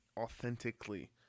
authentically